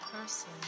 person